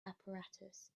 apparatus